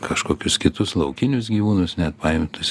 kažkokius kitus laukinius gyvūnus net paimtus